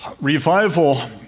Revival